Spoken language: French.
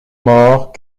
mort